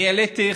אני העליתי,